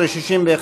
1661,